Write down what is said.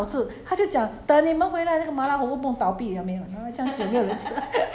没有可是我知道 but 久久吃一次很好吃她就讲